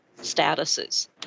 statuses